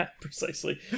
precisely